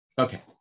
Okay